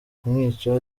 kumwica